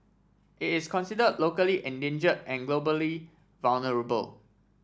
it is consider locally endanger and globally vulnerable